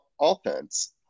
offense